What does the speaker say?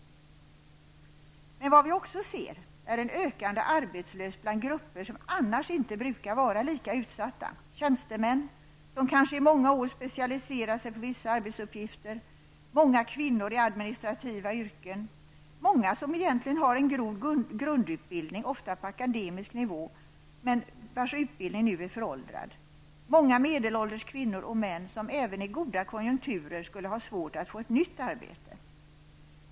Men vad vi också ser är en ökande arbetslöshet bland grupper som annars inte brukar vara lika utsatta. Det är tjänstemän som kanske i många år har specialiserat sig på vissa arbetsuppgifter och många kvinnor i administrativa yrken. Det är många som egentligen har en god grundutbildning, ofta på akademisk nivå, men vars utbildning nu är föråldrad. Det är många medelålders kvinnor och män som även i goda konjunkturer skulle ha svårt att få ett nytt arbete.